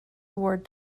award